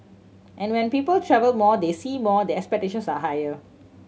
and when people travel more they see more their expectations are higher